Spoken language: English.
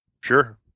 Sure